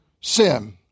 sin